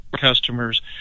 customers